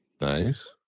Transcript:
Nice